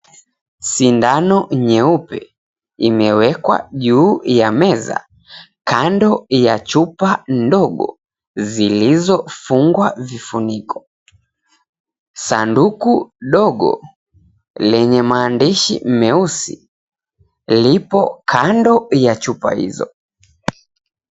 Sindano nyeupe imewekwa juu ya meza kando ya chupa ndogo zilizofungwa vifuniko. Sanduku dogo lenye maandishi meusi lipo kando ya chupa hizo.